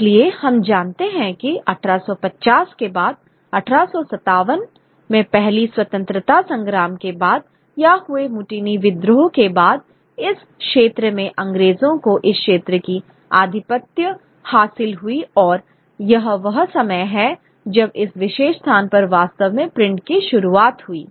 इसलिए हम जानते हैं कि 1850 के बाद 1857 में पहली स्वतंत्रता संग्राम के बाद या हुए मुटिनी विद्रोह के बाद इस क्षेत्र में अंग्रेजों को इस क्षेत्र की आधिपत्य हासिल हुई और यह वह समय है जब इस विशेष स्थान पर वास्तव में प्रिंट की शुरुआत हुई